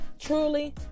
truly